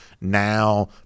Now